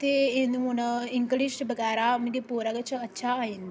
ते हून इंग्लिश बगैरा मिगी पूरा गै अच्छा आई जंदा